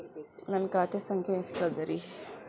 ನನ್ನ ಖಾತೆ ಸಂಖ್ಯೆ ಎಷ್ಟ ಅದರಿ?